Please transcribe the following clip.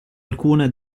alcune